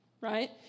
right